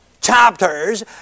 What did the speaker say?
chapters